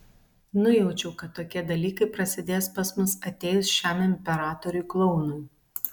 nujaučiau kad tokie dalykai prasidės pas mus atėjus šiam imperatoriui klounui